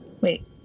Wait